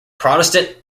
protestant